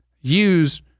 use